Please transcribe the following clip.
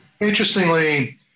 interestingly